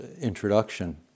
introduction